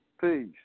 Peace